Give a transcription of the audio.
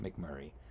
McMurray